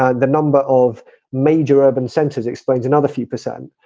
ah the number of major urban centers explains another few percent.